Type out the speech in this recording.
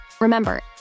Remember